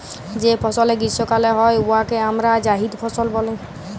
যে ফসলে গীষ্মকালে হ্যয় উয়াকে আমরা জাইদ ফসল ব্যলি